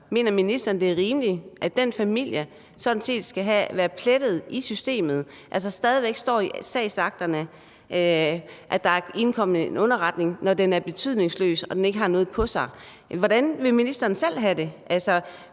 Mener ministeren, det er rimeligt, at den familie sådan set skal være plettet i systemet, altså at det stadig væk står i sagsakterne, at der er indkommet en underretning, når den er betydningsløs og den ikke har noget på sig? Hvordan ville ministeren selv have det?